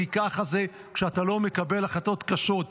כי ככה זה כשאתה לא מקבל החלטות קשות.